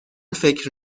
فکر